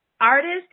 artist